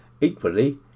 Equally